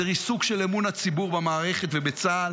זה ריסוק של אמון הציבור במערכת ובצה"ל.